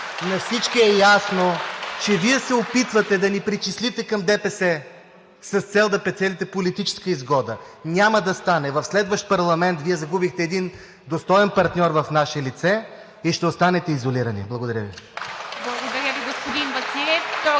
на всички е ясно, че Вие се опитвате да ни причислите към ДПС с цел да печелите политическа изгода. Няма да стане! В следващия парламент Вие загубихте един достоен партньор в наше лице и ще останете изолирани. Благодаря Ви.